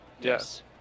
yes